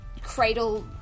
cradle